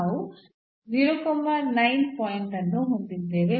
ನಾವು ಪಾಯಿಂಟ್ ಅನ್ನು ಹೊಂದಿದ್ದೇವೆ